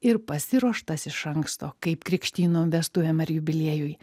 ir pasiruoštas iš anksto kaip krikštynom vestuvėm ar jubiliejui